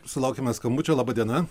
sulaukiame skambučio laba diena